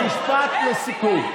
משפט לסיכום.